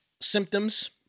symptoms